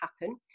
happen